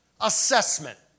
assessment